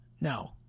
no